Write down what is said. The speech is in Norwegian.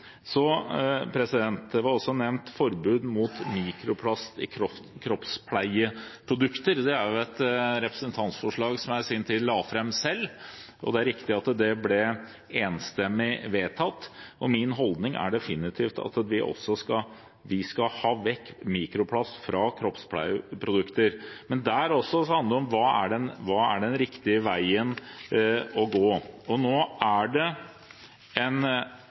Det var også nevnt forbud mot mikroplast i kroppspleieprodukter. Det er et representantforslag som jeg i sin tid la fram selv, og det er riktig at det ble enstemmig vedtatt. Min holdning er definitivt at vi skal ha vekk mikroplast fra kroppspleieprodukter, men der også handler det om hva som er den riktige veien å gå. Nå er det en